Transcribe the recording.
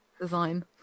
design